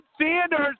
Sanders